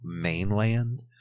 mainland